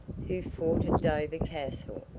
who fought at dover castle,